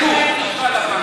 בדוק.